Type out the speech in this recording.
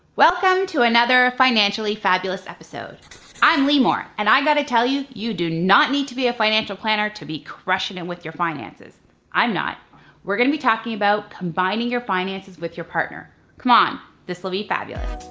welcome to another financially fabulous episode i'm limor and i got to tell you you do not need to be a financial planner to be crushing it with your finances i'm not we're going to be talking about combining your finances with your partner come on this will be fabulous